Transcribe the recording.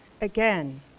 again